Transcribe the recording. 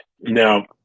Now